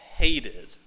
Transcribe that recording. hated